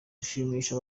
gushimisha